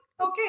Okay